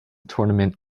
tournament